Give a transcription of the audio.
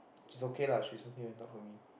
she's okay lah she hooking a duck for me